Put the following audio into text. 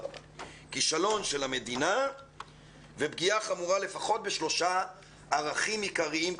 כישלון של המדינה ופגיעה חמורה לפחות בשלושה ערכים עיקריים,